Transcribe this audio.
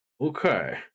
okay